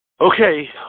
Okay